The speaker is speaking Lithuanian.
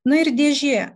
na ir dėžė